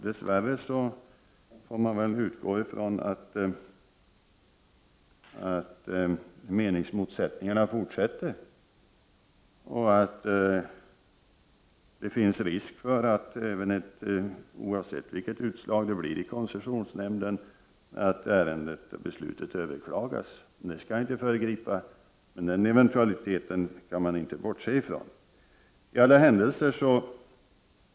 Dess värre måste vi utgå från att meningsmotsättningar kommer att fortsätta och att det finns risk för att koncessionsnämndens beslut, oavsett i vilken riktning det går, kommer att överklagas. Jag skall inte föregripa detta, men den eventualiteten kan man inte bortse ifrån.